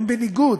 הם בניגוד